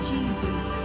Jesus